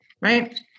right